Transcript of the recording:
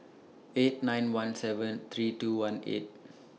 eight nine one seven three two one eight